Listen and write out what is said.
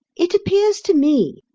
it appears to me,